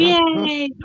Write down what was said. Yay